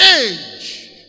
age